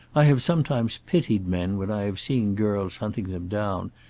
i have sometimes pitied men when i have seen girls hunting them down,